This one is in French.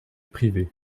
privée